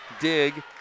dig